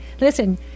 Listen